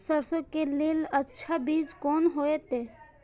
सरसों के लेल अच्छा बीज कोन होते?